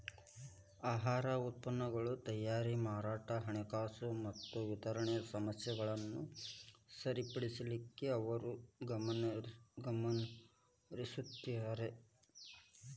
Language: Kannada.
ಆಹಾರ ಉತ್ಪನ್ನಗಳ ತಯಾರಿ ಮಾರಾಟ ಹಣಕಾಸು ಮತ್ತ ವಿತರಣೆ ಸಮಸ್ಯೆಗಳನ್ನ ಸರಿಪಡಿಸಲಿಕ್ಕೆ ಅವರು ಗಮನಹರಿಸುತ್ತಾರ